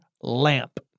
Lamp